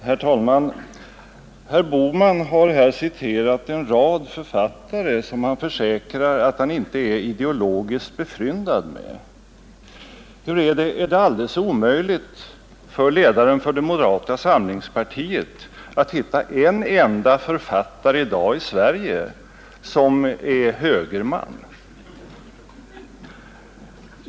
Herr talman! Herr Bohman har här citerat en rad författare som han försäkrar att han inte är ideologiskt befryndad med. Hur är det, är det alldeles omöjligt för ledaren för moderata samlingspartiet att hitta en enda författare i dag i Sverige som är högerman?